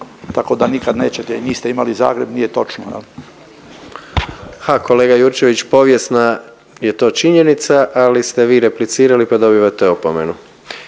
tako da nikad nećete i niste imali Zagreb nije točno, je li? **Jandroković, Gordan (HDZ)** Ha, kolega Jurčević, povijesna je to činjenica, ali ste vi replicirali pa dobivate opomenu.